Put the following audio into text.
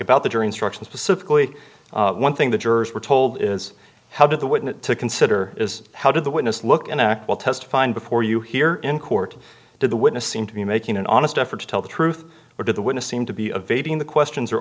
about the jury instructions specifically one thing the jurors were told is how did the wouldn't to consider is how did the witness look and act while testifying before you here in court did the witness seem to be making an honest effort to tell the truth or did the witness seem to be a v b in the questions